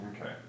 Okay